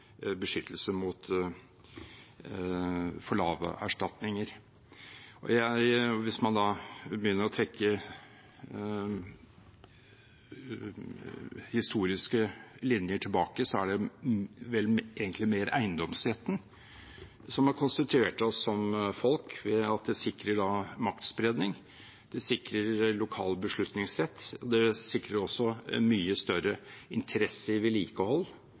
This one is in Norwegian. for lave erstatninger. Hvis man begynner å trekke historiske linjer, er det egentlig mer eiendomsretten som har konstituert oss som folk ved at den sikrer maktspredning, sikrer lokal beslutningsrett og sikrer en mye større interesse i vedlikehold